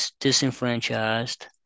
disenfranchised